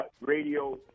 radio